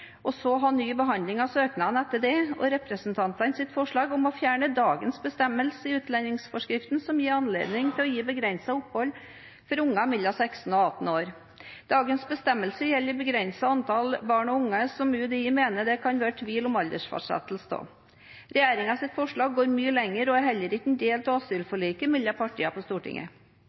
og så ha en ny behandling av søknaden etter det, og representantenes forslag om å fjerne dagens bestemmelser i utlendingsforskriften som gir anledning til å gi begrenset opphold for barn mellom 16 og 18 år. Dagens bestemmelser gjelder et begrenset antall barn og unge som UDI mener det kan være tvil om aldersfastsetting av. Regjeringens forslag går mye lenger og er heller ikke en del av asylforliket mellom partiene på Stortinget.